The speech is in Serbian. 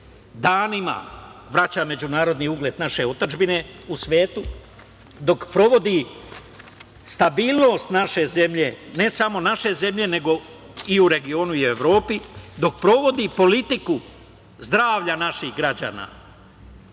danima vraća međunarodni ugled naše otadžbine u svetu, dok sprovodi stabilnost naše zemlje, ne samo naše zemlje, nego i u regionu i u Evropi, dok sprovodi politiku zdravlja naših građana,